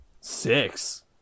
Six